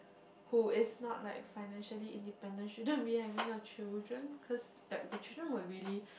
who is not like financially independent shouldn't be having a children cause like the children will really